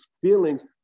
feelings